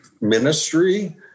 ministry